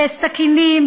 בסכינים,